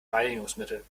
reinigungsmittel